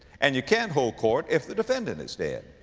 and you can't hold court if the defendant is dead.